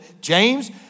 James